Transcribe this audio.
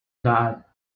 god